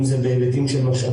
אם זה בהיבטים של משאבים,